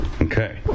Okay